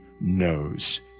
knows